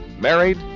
married